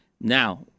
now